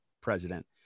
president